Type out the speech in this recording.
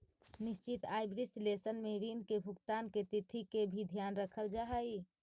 निश्चित आय विश्लेषण में ऋण के भुगतान के तिथि के भी ध्यान रखल जा हई